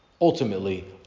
ultimately